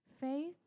faith